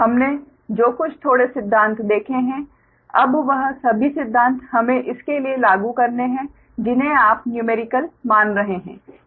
हमने जो कुछ थोड़े सिद्धांत देखे हैं अब वह सभी सिद्धांत हमें इस के लिए लागू करने हैं जिन्हें आप न्यूमेरिकल मान रहे हैं